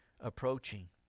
approaching